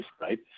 right